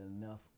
enough